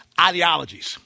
ideologies